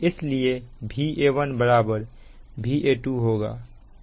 इसलिए Va1 Va2 होगा